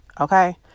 Okay